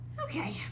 Okay